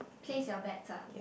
place your bets ah